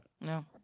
No